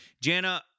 Jana